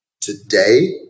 today